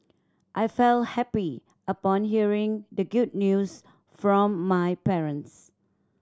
I felt happy upon hearing the good news from my parents